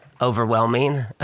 overwhelming